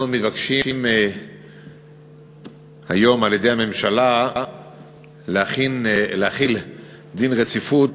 אנחנו מתבקשים היום על-ידי הממשלה להחיל דין רציפות